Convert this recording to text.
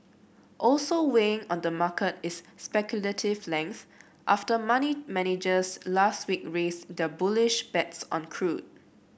also weighing on the market is speculative length after money managers last week raised their bullish bets on crude